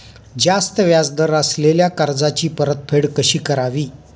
जास्त व्याज दर असलेल्या कर्जाची परतफेड कशी करावी?